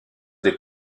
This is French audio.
des